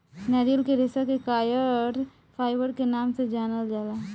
नारियल के रेशा के कॉयर फाइबर के नाम से जानल जाला